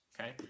okay